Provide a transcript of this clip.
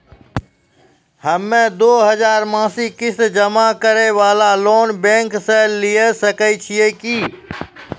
हम्मय दो हजार मासिक किस्त जमा करे वाला लोन बैंक से लिये सकय छियै की?